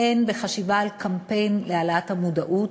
הן בחשיבה על קמפיין להעלאת המודעות,